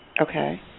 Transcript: Okay